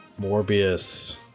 Morbius